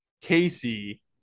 Casey